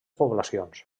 poblacions